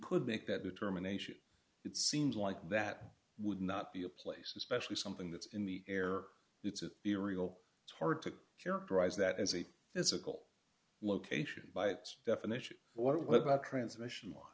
could make that determination it seems like that would not be a place especially something that's in the air it's a theory well it's hard to characterize that as a physical location by its definition or what about transmission lines